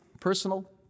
personal